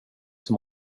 som